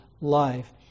life